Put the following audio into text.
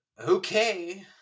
okay